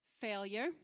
failure